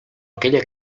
aquella